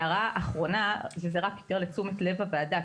הערה אחרונה וזה רק לתשומת לב הוועדה,